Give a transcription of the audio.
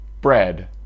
bread